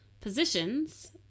positions